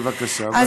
בבקשה תסיימי.